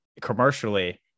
commercially